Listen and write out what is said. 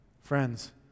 friends